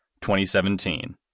2017